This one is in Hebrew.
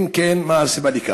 4. אם כן, מה היא הסיבה לכך?